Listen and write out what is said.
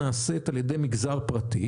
נעשית על ידי מגזר ציבורי,